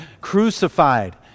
crucified